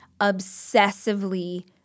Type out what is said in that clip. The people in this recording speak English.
obsessively